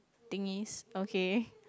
thingy okay